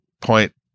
point